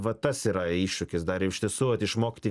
va tas yra iššūkis dar iš tiesų vat išmokti